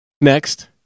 Next